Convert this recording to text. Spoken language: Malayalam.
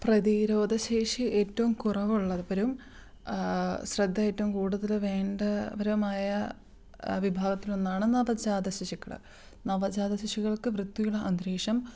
പ്രതിരോധശേഷി ഏറ്റവും കുറവുള്ളവരും ശ്രദ്ധ ഏറ്റവും കൂടുതൽ വേണ്ടവരുമായ വിഭഗത്തിൽ ഒന്നാണ് നവജാത ശിശുക്കൾ നവജാത ശിശുകൾക്ക് വൃത്തിയുളള അന്തരീക്ഷം